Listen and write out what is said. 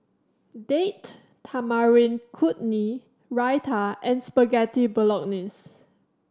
Date Tamarind Chutney Raita and Spaghetti Bolognese